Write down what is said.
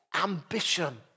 ambition